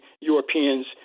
Europeans